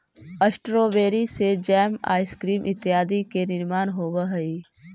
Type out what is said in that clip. strawberry से jam, ice cream इत्यादि के निर्माण होवऽ हइ